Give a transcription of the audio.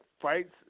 fights